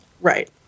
Right